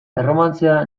erromantzea